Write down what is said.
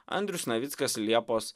andrius navickas liepos